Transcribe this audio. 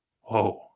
whoa